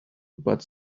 but